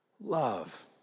love